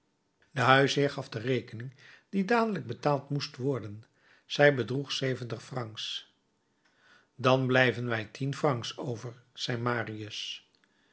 de huisheer gaf de rekening die dadelijk betaald moest worden zij bedroeg zeventig francs dan blijven mij tien francs over zei marius